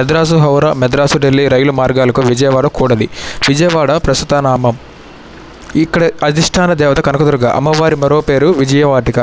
Madras Howrah Madras Delhi rail మార్గాలకు విజయవాడ కూడది విజయవాడ ప్రస్తుత నామం ఇక్కడ అధిష్టానత దేవత కనకదుర్గ అమ్మవారి మరో పేరు విజయవథిక